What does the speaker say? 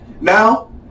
now